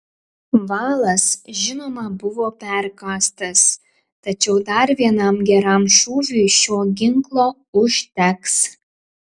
valas žinoma buvo perkąstas tačiau dar vienam geram šūviui šio ginklo užteks